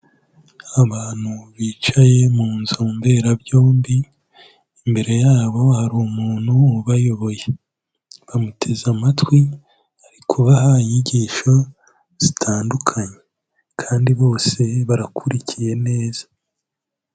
Abantu bicaye mu nzu mberabyombi imbere yabo hari umuntu ubayoboye, bamuteze amatwi ari kubabaha inyigisho zitandukanye kandi bose barakurikiye neza.